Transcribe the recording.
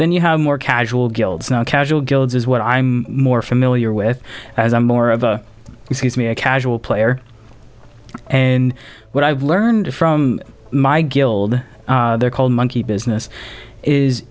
then you have more casual guilds now casual guilds is what i'm more familiar with as i'm more of a he sees me a casual player and what i've learned from my guild there called monkey business is